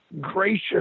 gracious